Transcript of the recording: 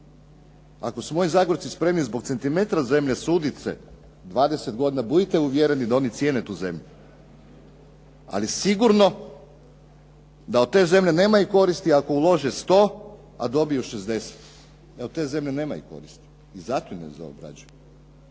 Ako su moji Zagorci spremni zbog centimetra zemlje suditi se 20 godina budite uvjereni da oni cijene tu zemlju. Ali sigurno da od te zemlje nemaju koristi ako ulože dobiju 60, da od te zemlje nemaju koristi i zato ju ne obrađuju.